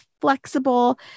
flexible